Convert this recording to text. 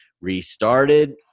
restarted